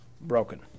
broken